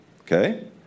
okay